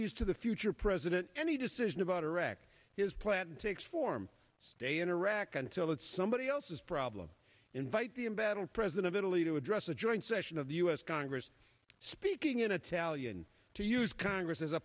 us to the future president any decision about iraq his plan takes form stay in iraq until it's somebody else's problem invite the embattled president of italy to address a joint session of the us congress speaking in a talian to use congress as a